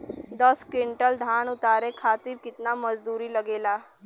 दस क्विंटल धान उतारे खातिर कितना मजदूरी लगे ला?